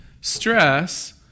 Stress